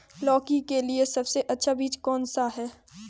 लौकी के लिए सबसे अच्छा बीज कौन सा है?